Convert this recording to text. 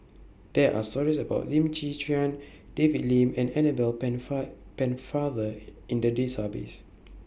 There Are stories about Lim Chwee Chian David Lim and Annabel Pennefather in The Database